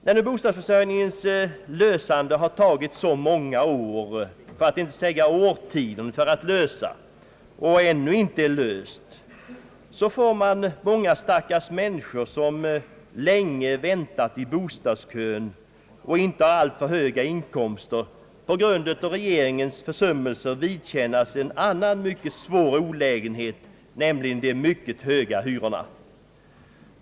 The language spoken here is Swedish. När nu bostadsförsörjningens lösande har tagit så många år för att inte säga årtionden och ännu inte är avklarat, får många stackars människor, som länge väntat i bostadskön och inte har alltför höga inkomster, på grund av regeringens försummelser vidkännas en annan mycket svår olägenhet, nämligen de mycket höga hyrorna.